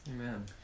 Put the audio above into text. Amen